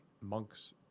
monks